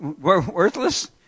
Worthless